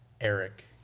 Eric